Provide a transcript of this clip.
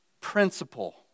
principle